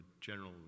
general